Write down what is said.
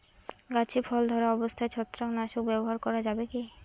গাছে ফল ধরা অবস্থায় ছত্রাকনাশক ব্যবহার করা যাবে কী?